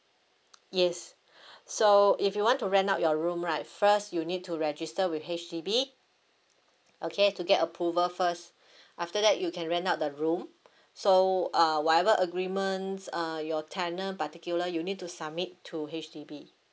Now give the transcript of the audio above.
yes so if you want to rent out your room right first you need to register with H_D_B okay to get approval first after that you can rent out the room so uh whatever agreements uh your tenant particular you need to submit to H_D_B